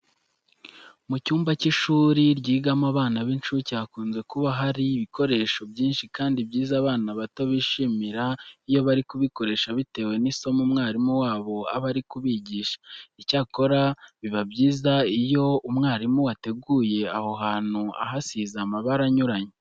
Mu cyumba cy'ishuri ryigamo abana b'incuke hakunze kuba hari ibikoresho byinshi kandi byiza abana bato bishimira iyo bari kubikoresha bitewe n'isomo umwarimu wabo aba ari kubigisha. Icyakora biba byiza iyo umwarimu wateguye aho hantu ahasize amabara anyuranye.